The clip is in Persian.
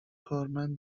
کارمند